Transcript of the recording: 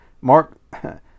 mark